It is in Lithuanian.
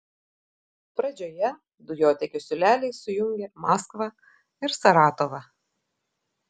pradžioje dujotiekių siūleliai sujungia maskvą ir saratovą